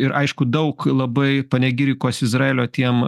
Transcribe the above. ir aišku daug labai panegirikos izraelio tiem